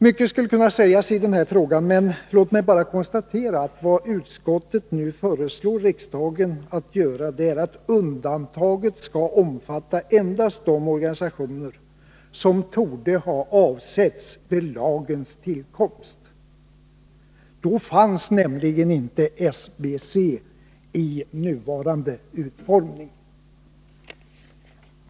Mycket skulle kunna sägas i denna fråga, men låt mig bara konstatera att vad utskottet nu föreslår riksdagen att göra är att undantaget skall omfatta endast de organisationer som torde ha avsetts vid lagens tillkomst. Då fanns nämligen inte SBC i nuvarande utformning.